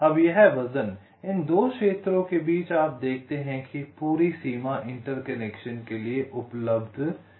अब यह वज़न इन 2 क्षेत्रों के बीच आप देखते हैं कि पूरी सीमा इंटरकनेक्शन के लिए उपलब्ध है